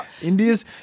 India's